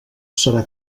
serà